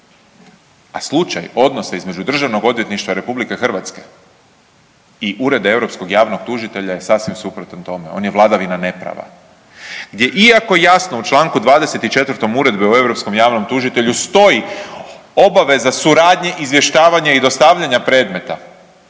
A slučaj odnosa između Državnog odvjetništva Replike Hrvatske i ureda Europskog javnog tužitelja je sasvim suprotno tome. On je vladavina ne prava. Gdje iako jasno u članku 24. Uredbe o Europskom javnom tužitelju stoji obaveza suradnje, izvještavanje i dostavljanja predmeta